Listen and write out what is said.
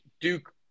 Duke